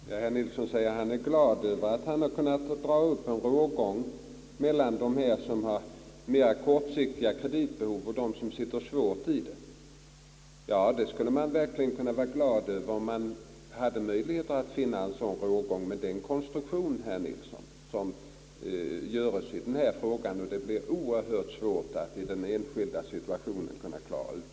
Herr talman! Herr Nilsson säger att han är glad över att han har kunnat dra upp någon rågång mellan dem som har mera kortsiktiga kreditbehov och dem som har det svårt. Ja, man skulle verkligen vara glad om man hade möjlighet att finna någon sådan rågång. Men det är en konstruktion, herr Nilsson, som göres i den här frågan, och det blir oerhört svårt att i det enskilda fallet klara ut det.